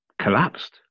collapsed